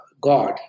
God